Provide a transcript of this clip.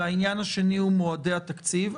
העניין השני הוא מועדי התקציב.